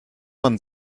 man